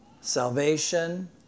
Salvation